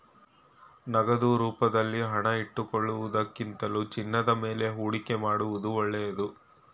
ನಗದು ರೂಪದಲ್ಲಿ ಹಣ ಇಟ್ಟುಕೊಳ್ಳುವುದಕ್ಕಿಂತಲೂ ಚಿನ್ನದ ಮೇಲೆ ಹೂಡಿಕೆ ಮಾಡುವುದು ಒಳ್ಳೆದು